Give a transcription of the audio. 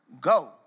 Go